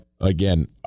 Again